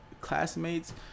classmates